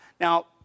Now